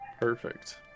Perfect